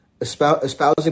espousing